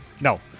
No